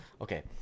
Okay